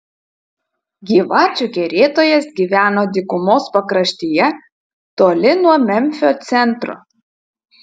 gyvačių kerėtojas gyveno dykumos pakraštyje toli nuo memfio centro